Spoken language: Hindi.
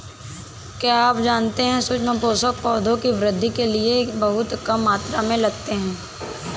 क्या आप जानते है सूक्ष्म पोषक, पौधों की वृद्धि के लिये बहुत कम मात्रा में लगते हैं?